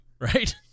right